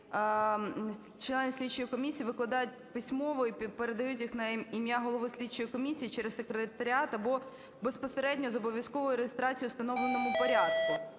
члени слідчої комісії викладають письмово і передають їх на ім'я голови слідчої комісії через секретаріат або безпосередньо з обов'язковою реєстрацією у встановленому порядку.